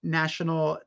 national